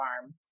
farm